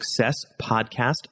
Successpodcast